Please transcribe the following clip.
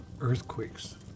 earthquakes